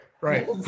Right